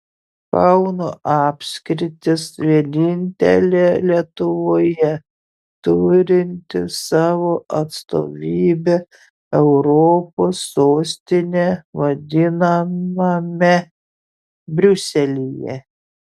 kauno apskritis vienintelė lietuvoje turinti savo atstovybę europos sostine vadinamame briuselyje